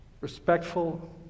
respectful